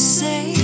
say